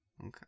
Okay